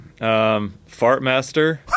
Fartmaster